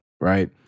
right